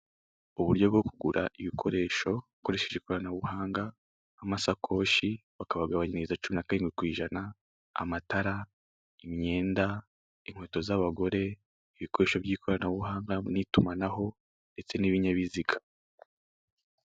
Uburyo bwo kugura ibikoresho ukoresheje ikoranabuhanga nk'amasakoshi bakabagabanyiriza cumi na karindwi ku ijana, amatara, imyenda, inkweto z'abagore, ibikoresho by'ikoranabuhanga n'itumanaho ndetse n'ibinyabiziga.